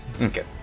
Okay